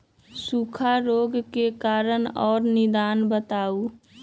सूखा रोग के कारण और निदान बताऊ?